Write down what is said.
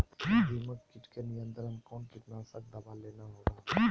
दीमक किट के नियंत्रण कौन कीटनाशक दवा देना होगा?